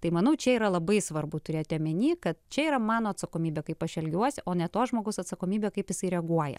tai manau čia yra labai svarbu turėti omeny kad čia yra mano atsakomybė kaip aš elgiuosi o ne to žmogaus atsakomybė kaip jisai reaguoja